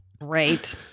Right